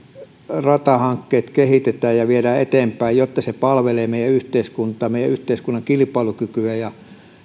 ratahankkeita kehitetään ja viedään eteenpäin jotta se palvelee meidän yhteiskuntaa meidän yhteiskunnan kilpailukykyä ja